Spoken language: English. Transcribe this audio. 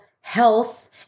health